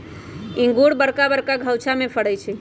इंगूर बरका बरका घउछामें फ़रै छइ